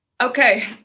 Okay